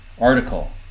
article